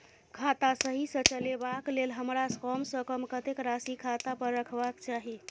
खाता सही सँ चलेबाक लेल हमरा कम सँ कम कतेक राशि खाता पर रखबाक चाहि?